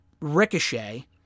Ricochet